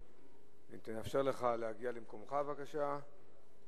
נאפשר לך להגיע למקומך, בבקשה.